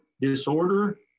Disorder